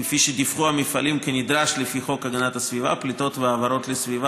כפי שדיווחו המפעלים כנדרש לפי חוק הגנת הסביבה (פליטות והעברות לסביבה,